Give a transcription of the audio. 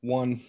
one